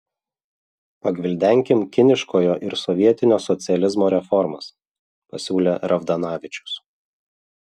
pagvildenkim kiniškojo ir sovietinio socializmo reformas pasiūlė ravdanavičius